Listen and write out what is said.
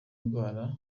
ndwara